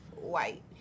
white